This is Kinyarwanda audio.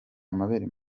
amabere